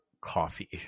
coffee